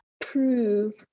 prove